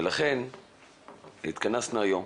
לכן התכנסנו היום,